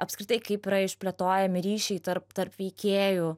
apskritai kaip yra išplėtojami ryšiai tarp tarp veikėjų